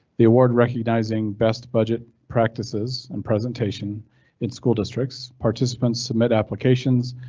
the award, recognizing best budget practices and presentation in school districts. participants submit applications.